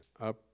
up